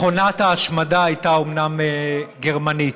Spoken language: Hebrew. מכונת ההשמדה הייתה גרמנית,